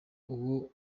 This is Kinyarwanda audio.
uwo